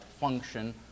function